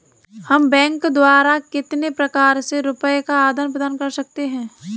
हम बैंक द्वारा कितने प्रकार से रुपये का आदान प्रदान कर सकते हैं?